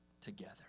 together